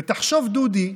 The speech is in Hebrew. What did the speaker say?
ותחשוב, דודי,